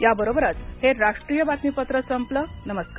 याबरोबरच हे राष्ट्रीय बातमीपत्र संपलं नमस्कार